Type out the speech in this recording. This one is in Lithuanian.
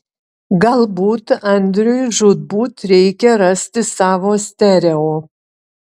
galbūt andriui žūtbūt reikia rasti savo stereo